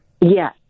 Yes